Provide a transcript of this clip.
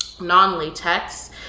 non-latex